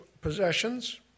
possessions